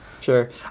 Sure